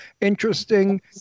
interesting